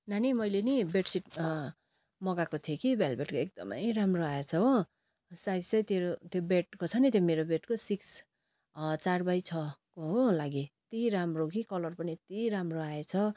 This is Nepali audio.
नानी मैले नि बेडसिट मगाएको थिएँ कि भेलभेटको एकदमै राम्रो आएछ हो साइज चाहिँ तेरो त्यो बेडको छ नि त्यो मेरो बेडको सिक्स चार बाइ छको हो लागि यति राम्रो कि कलर पनि यति राम्रो आएछ